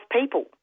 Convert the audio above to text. people